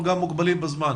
אנחנו גם מוגבלים בזמן.